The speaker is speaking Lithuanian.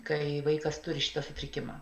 kai vaikas turi šitą sutrikimą